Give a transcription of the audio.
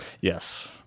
Yes